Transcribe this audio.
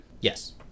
Yes